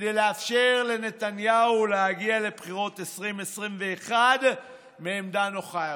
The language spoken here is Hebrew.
כדי לאפשר לנתניהו להגיע לבחירות 2021 מעמדה נוחה יותר.